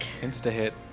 Insta-hit